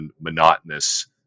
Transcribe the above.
monotonous